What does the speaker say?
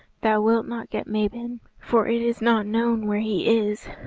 thou wilt not get mabon, for it is not known where he is,